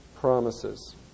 promises